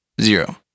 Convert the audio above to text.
Zero